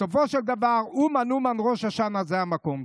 בסופו של דבר, אומן, אומן, ראש השנה, זה המקום.